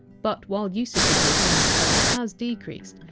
but, while usage of the eponymous term has decreased,